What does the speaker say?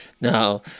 Now